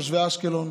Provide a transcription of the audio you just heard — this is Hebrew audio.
תושבי אשקלון,